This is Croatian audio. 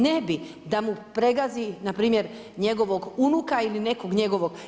Ne bi, da mu pregazi, npr. njegovog unuka ili nekog njegovog.